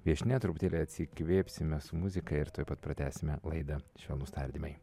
viešnia truputėlį atsikvėpsime su muzika ir tuoj pat pratęsime laidą švelnūs tardymai